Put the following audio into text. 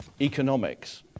Economics